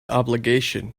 obligation